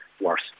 worse